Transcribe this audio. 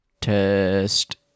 Test